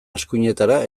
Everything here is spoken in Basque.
eskuinetara